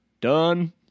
done